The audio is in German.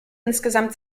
insgesamt